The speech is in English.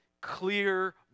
clear